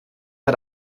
hat